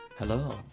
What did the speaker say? Hello